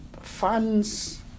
funds